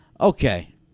okay